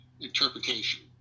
interpretation